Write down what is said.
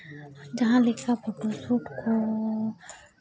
ᱡᱟᱦᱟᱸ ᱞᱮᱠᱟ ᱠᱚ